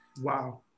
Wow